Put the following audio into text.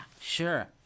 sure